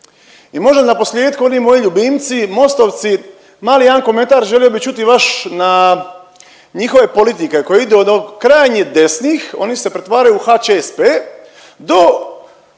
I možda naposljetku oni moji ljubimci Mostovci, mali jedan komentar. Želio bih čuti vaš na njihove politike koje idu od krajnje desnih, oni se pretvaraju u HČSP do